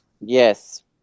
Yes